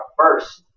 first